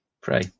Pray